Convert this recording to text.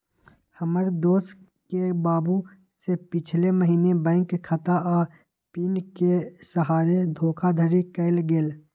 हमर दोस के बाबू से पिछले महीने बैंक खता आऽ पिन के सहारे धोखाधड़ी कएल गेल